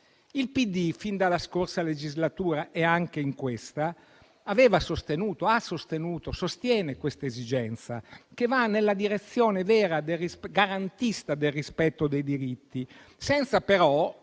Il PD, fin dalla scorsa legislatura e anche nell'attuale, sostiene questa esigenza, che va nella direzione vera e garantista del rispetto dei diritti, senza però